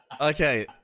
Okay